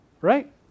right